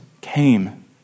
came